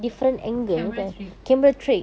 camera trick